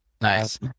nice